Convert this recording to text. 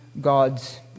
God's